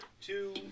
two